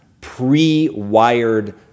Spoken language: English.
pre-wired